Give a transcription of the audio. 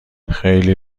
خیلی